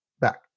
back